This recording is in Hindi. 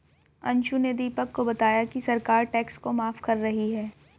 अंशु ने दीपक को बताया कि सरकार टैक्स को माफ कर रही है